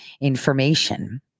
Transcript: information